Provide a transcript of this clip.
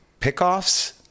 pickoffs